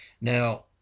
Now